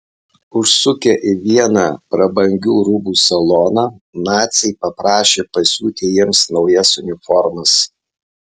užsukę į vieną prabangių rūbų saloną naciai paprašė pasiūti jiems naujas uniformas